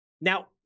Now